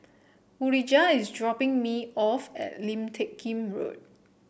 Urijah is dropping me off at Lim Teck Kim Road